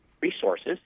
resources